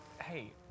hey